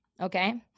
Okay